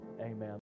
amen